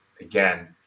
again